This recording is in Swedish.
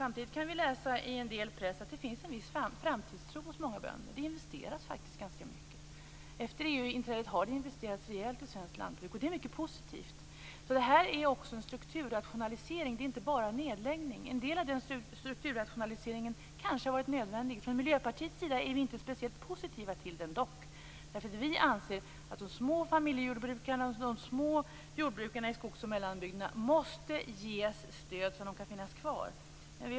Samtidigt kan vi läsa i en del press att det finns en viss framtidstro hos många bönder. Det investeras faktiskt ganska mycket. Det har efter EU-inträdet investerats rejält i svenskt lantbruk, och det är mycket positivt. Det är här fråga om en strukturrationalisering, inte bara en nedläggning.